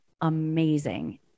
amazing